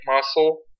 muscle